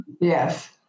Yes